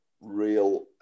real